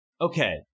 okay